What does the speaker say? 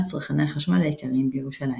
את רשימת צרכני החשמל העיקריים בירושלים.